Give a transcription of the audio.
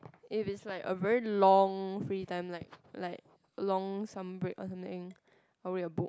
if it's like a very long free time like like a long sum break or something probably I'll book